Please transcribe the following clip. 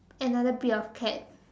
another breed of cat